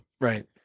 right